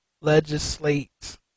Legislate